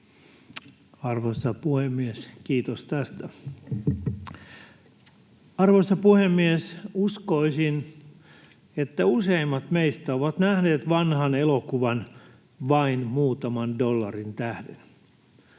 Arvoisa puhemies, kiitos tästä. Arvoisa puhemies! Uskoisin, että useimmat meistä ovat nähneet vanhan elokuvan Vain muutaman dollarin tähden.